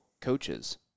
coaches